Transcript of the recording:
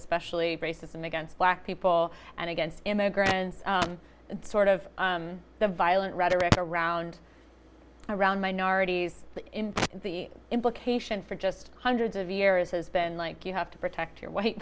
especially racism against black people and against immigrants the sort of the violent rhetoric around and around minorities in the implication for just hundreds of years has been like you have to protect your w